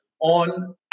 on